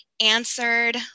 answered